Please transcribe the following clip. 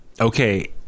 okay